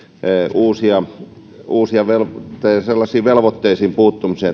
uusia uusia velvoitteisiin puuttumisia